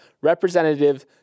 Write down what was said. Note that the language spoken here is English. representative